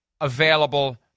available